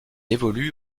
évolue